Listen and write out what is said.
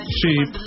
cheap